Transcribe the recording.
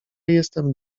jestem